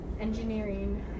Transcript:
engineering